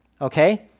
okay